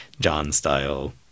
John-style